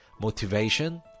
motivation